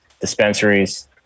dispensaries